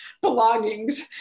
belongings